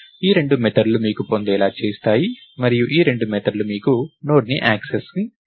ఈ రెండు మెథడ్ లు మీకు పొందేలా చేస్తాయి మరియు ఈ రెండు మెథడ్ లు మీకు నోడ్కి యాక్సెస్ను ఇస్తాయి